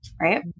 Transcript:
right